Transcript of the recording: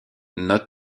note